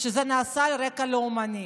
שזה נעשה על רקע לאומני.